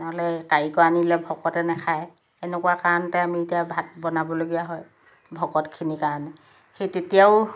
নহ'লে কাৰিকৰ আনিলে ভকতে নাখায় এনেকোৱা কাৰণতে আমি এতিয়া ভাত বনাবলগীয়া হয় ভকতখিনিৰ কাৰণে সেই তেতিয়াও